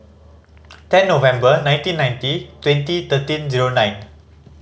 ten November nineteen ninety twenty thirteen zero nine